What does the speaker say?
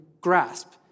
grasp